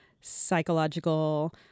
Psychological